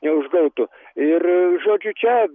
neužgautų ir žodžiu čia